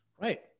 Right